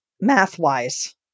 math-wise